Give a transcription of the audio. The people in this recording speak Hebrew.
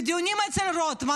לדיונים אצל רוטמן,